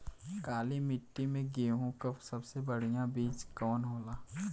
काली मिट्टी में गेहूँक सबसे बढ़िया बीज कवन होला?